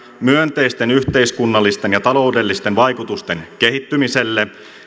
myönteisten yhteiskunnallisten ja taloudellisten vaikutusten kehittymiselle